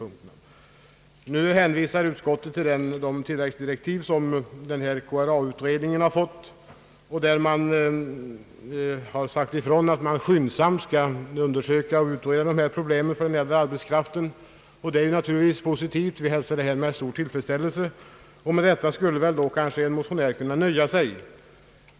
Utskottet hänvisar till de tilläggsdirektiv som KSA-utredningen har fått och i vilka sägs att utredningen skyndsamt skall undersöka dessa problem för den äldre arbetskraften. Detta är naturligtvis någonting positivt, och vi hälsar tilläggsdirektiven med stor tillfredsställelse. Med detta skulle väl en motionär då kunna nöja sig.